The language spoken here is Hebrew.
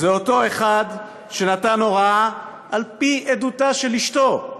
זה אותו אחד שנתן הוראה, על-פי עדותה של אשתו,